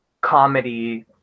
comedy